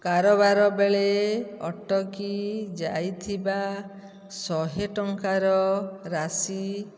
କାରବାର ବେଳେ ଅଟକି ଯାଇଥିବା ଶହେ ଟଙ୍କାର ରାଶି